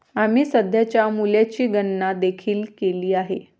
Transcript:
आम्ही सध्याच्या मूल्याची गणना देखील केली आहे